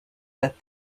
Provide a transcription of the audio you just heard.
that